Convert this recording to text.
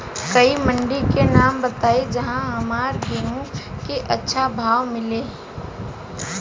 कोई मंडी के नाम बताई जहां हमरा गेहूं के अच्छा भाव मिले?